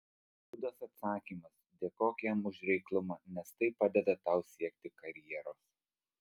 budos atsakymas dėkok jam už reiklumą nes tai padeda tau siekti karjeros